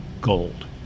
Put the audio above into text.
gold